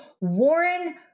Warren